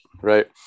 Right